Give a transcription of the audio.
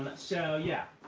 but so, yeah.